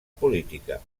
política